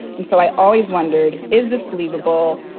and so i always wondered, is this believable?